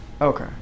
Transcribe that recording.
Okay